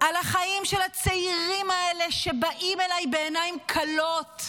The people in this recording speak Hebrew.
על החיים של הצעירים האלה שבאים אליי בעיניים כלות,